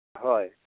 ꯍꯣꯏ